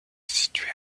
situé